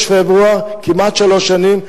כמעט שלוש שנים,